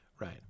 Right